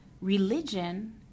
religion